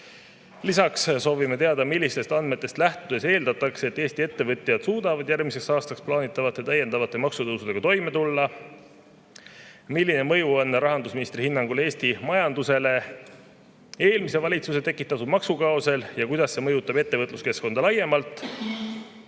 Lisaks soovime teada, millistest andmetest lähtudes eeldatakse, et Eesti ettevõtjad suudavad järgmiseks aastaks plaanitavate täiendavate maksutõusudega toime tulla. Milline mõju on rahandusministri hinnangul Eesti majandusele eelmise valitsuse tekitatud maksukaosel ja kuidas see mõjutab ettevõtluskeskkonda laiemalt?